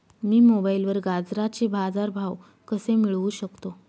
मी मोबाईलवर गाजराचे बाजार भाव कसे मिळवू शकतो?